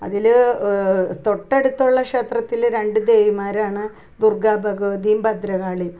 അതിൽ തൊട്ടടുത്തുള്ള ക്ഷേത്രത്തിൽ രണ്ട് ദേവിമാരാണ് ദുർഗ്ഗാ ഭഗവതിയും ഭദ്രകാളിയും